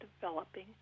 developing